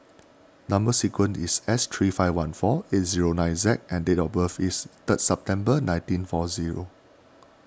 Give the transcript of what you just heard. Number Sequence is S three five one four eight zero nine Z and date of birth is third September nineteen four zero